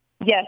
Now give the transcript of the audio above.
Yes